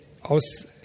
aus